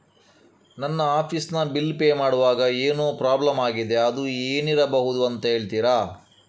ನನ್ನ ಆಫೀಸ್ ನ bill pay ಮಾಡ್ವಾಗ ಏನೋ ಪ್ರಾಬ್ಲಮ್ ಆಗಿದೆ ಅದು ಏನಿರಬಹುದು ಅಂತ ಹೇಳ್ತೀರಾ?